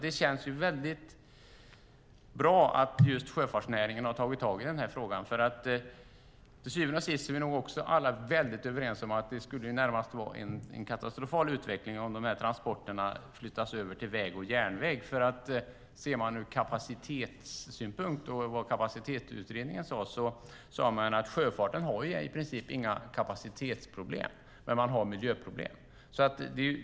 Det känns därför bra att sjöfartsnäringen har tagit tag i frågan. Till syvende och sist är vi nog alla överens om att det skulle vara närmast en katastrofal utveckling om dessa transporter flyttades över till väg och järnväg. Ser man ur kapacitetssynpunkt och går efter vad Kapacitetsutredningen sade har sjöfarten i princip inga kapacitetsproblem, men man har miljöproblem.